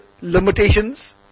limitations